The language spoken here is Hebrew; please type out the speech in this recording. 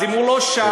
אז אם הוא לא שם,